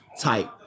type